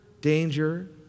danger